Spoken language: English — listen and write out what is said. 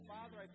Father